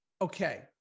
Okay